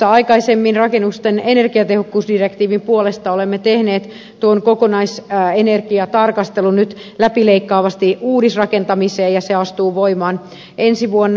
olemme aikaisemmin rakennusten energiatehokkuusdirektiivin puolesta tehneet tuon kokonaisenergiatarkastelun nyt läpileikkaavasti uudisrakentamisesta ja se astuu voimaan ensi vuonna